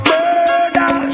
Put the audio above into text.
Murder